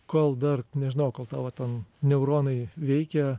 kol dar nežinau kol tavo ten neuronai veikia